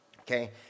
okay